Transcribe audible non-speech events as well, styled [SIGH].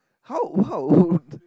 how how [LAUGHS]